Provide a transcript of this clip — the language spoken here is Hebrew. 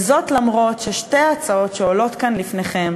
וזאת אף ששתי ההצעות שעולות כאן לפניכם